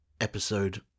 episode